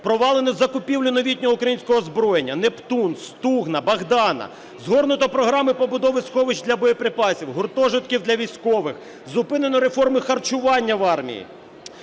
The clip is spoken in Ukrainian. Провалено закупівлю новітнього українського озброєння "Нептун", "Стугна", "Богдана". Згорнуто програми побудови сховищ для боєприпасів, гуртожитків для військових. Зупинено реформу харчування в армії.